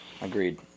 agreed